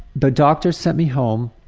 the doctor sent me home,